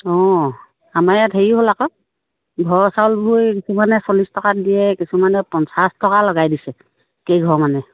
অঁ আমাৰ ইয়াত হেৰি হ'ল আকৌ ঘৰ চাউলবোৰ কিছুমান চল্লিছ টকাত দিয়ে কিছুমানে পঞ্চাছ টকা লগাই দিছে কেইঘৰ মানে